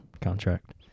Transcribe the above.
contract